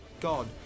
God